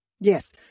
Yes